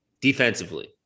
defensively